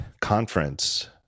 conference